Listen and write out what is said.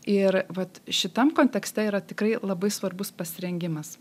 ir vat šitam kontekste yra tikrai labai svarbus pasirengimas